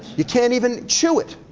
you can't even chew it,